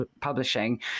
publishing